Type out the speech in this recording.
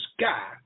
sky